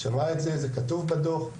זה כתוב בדוח,